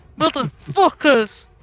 Motherfuckers